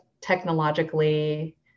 technologically